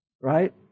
Right